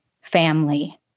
family